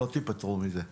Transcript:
ניפטר מזה בחיים.